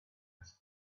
his